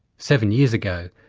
seven years ago,